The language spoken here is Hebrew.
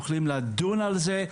יכולים לדון על זה,